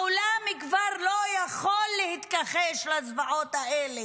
העולם כבר לא יכול להתכחש לזוועות האלה,